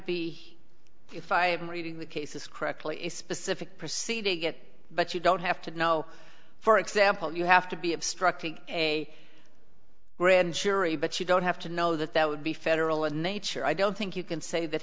be if i am reading the cases correctly a specific proceed to get but you don't have to now for example you have to be obstructing a grand jury but you don't have to know that that would be federal in nature i don't think you can say that